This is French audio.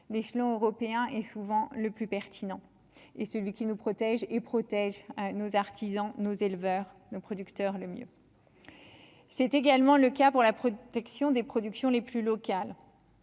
l'échelon européen est souvent le plus pertinent et celui qui nous protège et protège nos artisans, nos éleveurs, le producteur, le mieux, c'est également le cas pour la protection des productions les plus local,